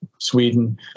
Sweden